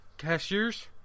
Cashiers